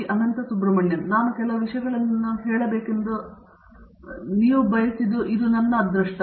ಅನಂತ ಸುಬ್ರಹ್ಮಣ್ಯನ್ ನಾನು ಕೆಲವು ವಿಷಯಗಳನ್ನು ಹೇಳಬೇಕೆಂದು ನೀವು ಬಯಸಿದು ನನ್ನ ಅದೃಷ್ಟವು